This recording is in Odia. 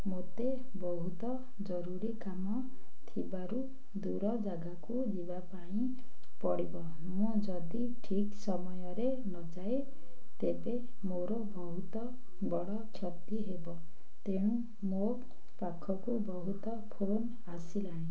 ମୋତେ ବହୁତ ଜରୁରୀ କାମ ଥିବାରୁ ଦୂର ଜାଗାକୁ ଯିବା ପାଇଁ ପଡ଼ିବ ମୁଁ ଯଦି ଠିକ୍ ସମୟରେ ନଯାଏ ତେବେ ମୋର ବହୁତ ବଡ଼ କ୍ଷତି ହେବ ତେଣୁ ମୋ ପାଖକୁ ବହୁତ ଫୋନ୍ ଆସିଲାଣି